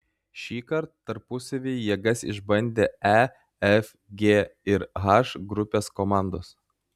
šįkart tarpusavyje jėgas išbandė e f g ir h grupės komandos